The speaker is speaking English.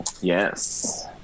Yes